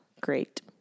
Great